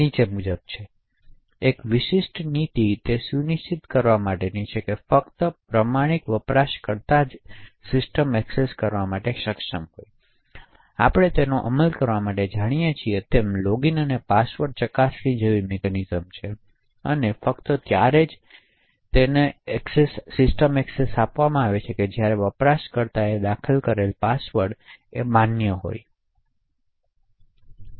નીચે મુજબ છે એક વિશિષ્ટ નીતિ એ સુનિશ્ચિત કરવાની છે કે ફક્ત પ્રમાણિત વપરાશકર્તાઓ જ સિસ્ટમ એક્સેસ કરવા માટે સક્ષમ હોવા જોઈએ તેથી આપણે તેનો અમલ કરવા માટે જાણીએ છીએ તેમ લોગિન અને પાસવર્ડ ચકાસણી જેવી મિકેનિઝમ્સ છે અને ફક્ત ત્યારે જ જો વપરાશકર્તાઓ પાસે માન્ય પાસવર્ડ હોય અને તો પછી તેઓ સિસ્ટમ એક્સેસ કરી શકશે